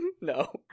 No